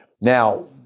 Now